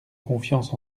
confiance